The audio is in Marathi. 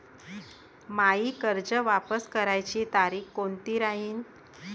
मायी कर्ज वापस करण्याची तारखी कोनती राहीन?